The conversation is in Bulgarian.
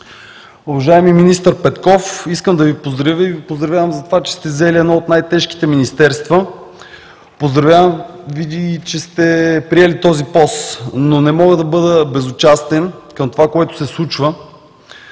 Уважаеми министър Петков, искам да Ви поздравя и Ви поздравявам за това, че сте взели едно от тежките министерства. Поздравявам Ви, че сте приели този пост, но не мога да бъда безучастен към това, което се случва